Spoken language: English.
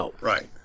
Right